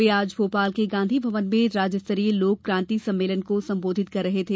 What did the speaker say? वे आज भोपाल के गांधी भवन में राज्य स्तरीय लोक क्रांति सम्मेलन को संबोधित कर रहे थे